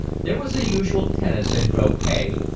there was the usual tennis and croquet,